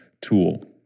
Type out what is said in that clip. tool